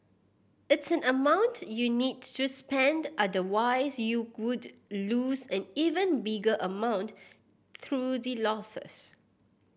it's an amount you need to spend otherwise you good lose an even bigger amount through the losses